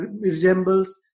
resembles